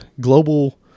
global